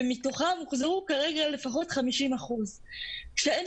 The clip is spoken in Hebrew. ומתוכם הוחזרו כרגע לפחות 50%. כשאין